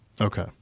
Okay